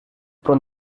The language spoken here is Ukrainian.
про